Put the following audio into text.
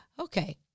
Okay